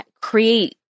create